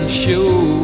show